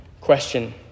question